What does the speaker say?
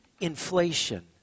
inflation